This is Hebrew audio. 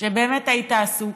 שבאמת היית עסוק,